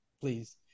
please